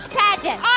pageant